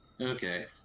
Okay